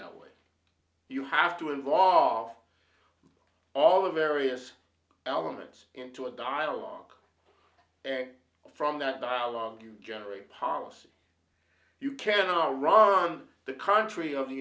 that way you have to involve all the various elements into a dialogue and from that dialogue you generate policy you can now run the country of the